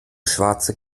schwarze